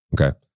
Okay